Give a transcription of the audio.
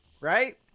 right